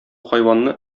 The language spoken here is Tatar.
хайванны